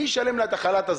מי ישלם לה את החל"ת הזה?